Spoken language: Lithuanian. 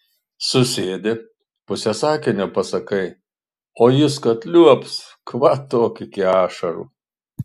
susėdi pusę sakinio pasakai o jis kad liuobs kvatok iki ašarų